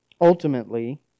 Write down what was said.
Ultimately